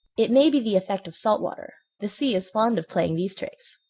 it may be the effect of salt water. the sea is fond of playing these tricks.